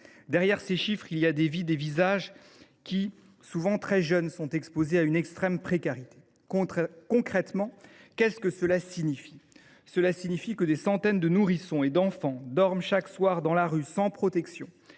Derrière ces chiffres, il y a des visages, des vies qui, souvent très jeunes, sont exposées à une extrême précarité. Concrètement, cela signifie que des centaines de nourrissons et d’enfants dorment chaque soir dans la rue, sans protection,